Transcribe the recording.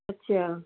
ਅੱਛਾ